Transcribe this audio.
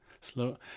Slow